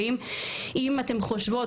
ואם אתם חושבות,